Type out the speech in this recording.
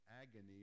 agony